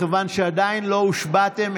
מכיוון שעדיין לא הושבעתם,